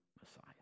Messiah